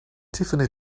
tiffany